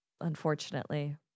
Unfortunately